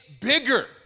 bigger